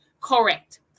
Correct